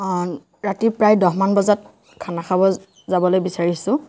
ৰাতি প্ৰায় দহমান বজাত খানা খাব যাবলৈ বিচাৰিছোঁ